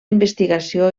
investigació